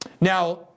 Now